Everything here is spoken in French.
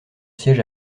siège